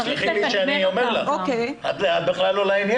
תסלחי לי שאני אומר לך אבל זה לא לעניין.